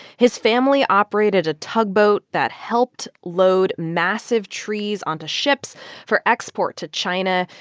his family operated a tugboat that helped load massive trees onto ships for export to china,